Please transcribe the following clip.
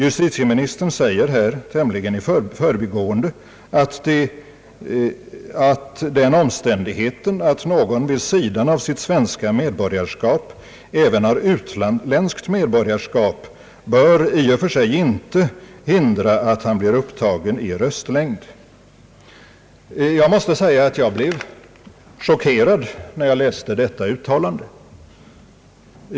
Justitieministern säger här i tämligen förbigående att den omständigheten att någon vid sidan av sitt svenska medborgarskap även har utländskt medborgarskap inte i och för sig bör hindra att han blir upptagen i röstlängd. Jag måste säga att jag blev chockerad när jag läste detta uttalande.